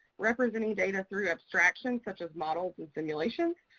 representing data through abstractions, such as models and simulations,